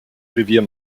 revier